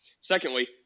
Secondly